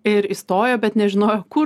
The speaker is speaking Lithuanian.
ir įstojo bet nežinojo kur